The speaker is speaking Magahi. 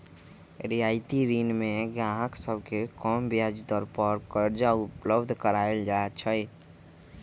रियायती ऋण में गाहक सभके कम ब्याज दर पर करजा उपलब्ध कराएल जाइ छै